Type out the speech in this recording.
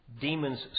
Demons